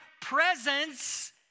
presence